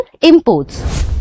imports